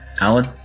Alan